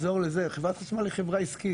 חברת חשמל היא חברה עסקית,